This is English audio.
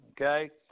Okay